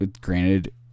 Granted